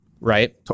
right